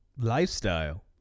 Lifestyle